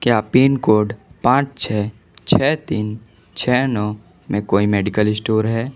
क्या pin code पाँच छः छः तीन छः नौ में कोई मेडिकल स्टोर है